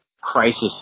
crisis